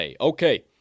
Okay